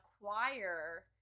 acquire –